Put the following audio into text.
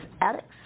addicts